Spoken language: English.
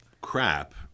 crap